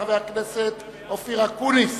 חבר הכנסת אופיר אקוניס,